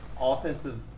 offensive